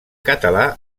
català